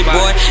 boy